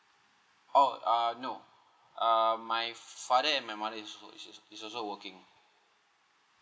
oh uh no uh my father and my mother is sh~ is also working